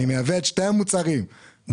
אני מייבא את שני המוצרים האלה,